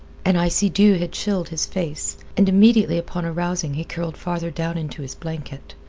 an icy dew had chilled his face, and immediately upon arousing he curled farther down into his blanket.